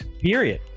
Period